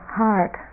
heart